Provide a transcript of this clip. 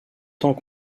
temps